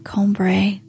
Combray